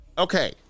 Okay